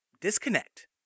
disconnect